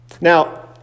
Now